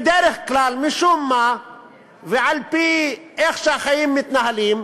בדרך כלל, משום מה, ועל-פי איך שהחיים מתנהלים,